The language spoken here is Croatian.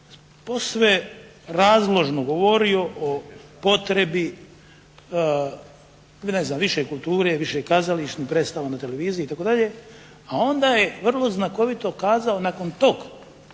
posve razložno govorio o potrebi ne znam više kulture, više kazališnih predstava na televiziji itd. A onda je vrlo znakovito kazao nakon tog,